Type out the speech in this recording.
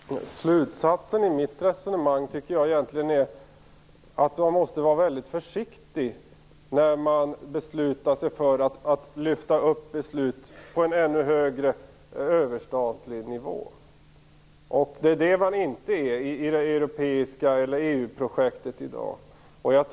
Herr talman! Slutsatsen i mitt resonemang tycker jag egentligen är att man måste vara väldigt försiktig när man beslutar sig för att lyfta upp beslut på en ännu högre överstatlig nivå. Det är det man inte är i EU projektet i dag.